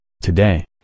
Today